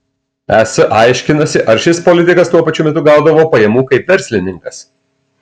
es aiškinasi ar šis politikas tuo pačiu metu gaudavo pajamų kaip verslininkas